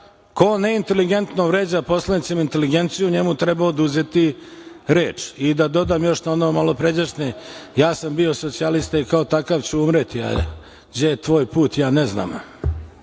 Ko neinteligentno vređa poslanicima inteligenciju, njemu treba oduzeti reč. Da dodam još na ono malopređašnje, ja sam bio socijalista i kao takav ću umreti, a đe je tvoj put, ja ne znam?